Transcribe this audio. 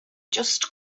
just